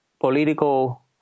political